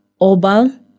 Obal